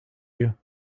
you